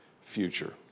future